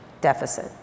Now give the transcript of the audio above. deficit